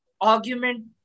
argument